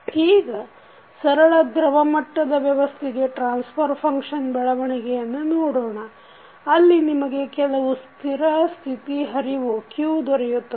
ಈಗ ಸರಳ ದ್ರವ ಮಟ್ಟದ ವ್ಯವಸ್ಥೆಗೆ ಟ್ರಾನ್ಸಫರ್ ಫಂಕ್ಷನ್ ಬೆಳವಣಿಗೆಯನ್ನು ನೋಡೋಣ ಅಲ್ಲಿ ನಿಮಗೆ ಕೆಲವು ಸ್ಥಿರ ಸ್ಥಿತಿ ಹರಿವು Q ದೊರೆಯುತ್ತದೆ